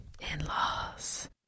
In-laws